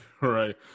right